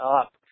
up